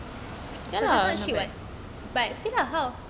ya lah but see lah how